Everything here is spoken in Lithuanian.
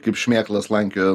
kaip šmėkla slankioja